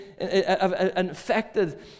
affected